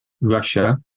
Russia